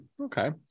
Okay